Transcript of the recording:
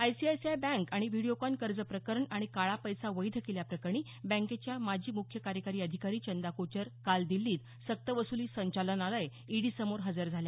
ICICI bank आणि Videocon कर्ज प्रकरण आणि काळा पैसा वैध केल्या प्रकरणी बँकेच्या माजी मुख्य कार्यकारी अधिकारी चंदा कोचर काल दिछीत सक्तवसूली संचालनालय ईडी समोर हजर झाल्या